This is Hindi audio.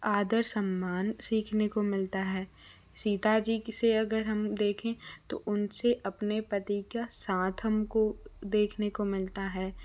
आदर सम्मान सीखने को मिलता है सीता जी जिसे अगर हम देखें तो उनसे अपने पति का साथ हमको देखने को मिलता है